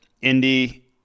Indy